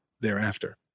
thereafter